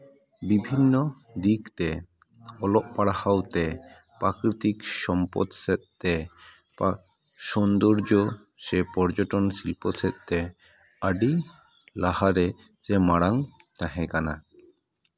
ᱵᱤᱵᱷᱤᱱᱱᱚ ᱫᱤᱠ ᱛᱮ ᱚᱞᱚᱜ ᱯᱟᱲᱦᱟᱣ ᱛᱮ ᱯᱨᱟᱠᱨᱤᱛᱤᱠ ᱥᱚᱢᱯᱚᱫᱽ ᱥᱮᱫ ᱛᱮ ᱥᱳᱱᱫᱚᱨᱡᱚ ᱥᱮ ᱯᱚᱨᱡᱚᱴᱚᱱ ᱥᱤᱞᱯᱚ ᱥᱮᱫ ᱛᱮ ᱟᱹᱰᱤ ᱞᱟᱦᱟᱨᱮ ᱥᱮ ᱢᱟᱲᱟᱝ ᱛᱟᱦᱮᱸ ᱠᱟᱱᱟ